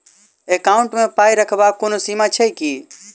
Account मे पाई रखबाक कोनो सीमा छैक की?